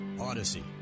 odyssey